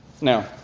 Now